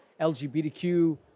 LGBTQ